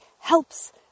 helps